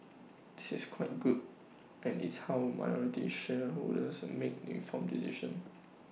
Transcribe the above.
that is quite good and it's how minority shareholders make an informed decision